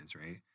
right